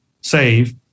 Save